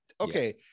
Okay